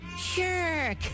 Sure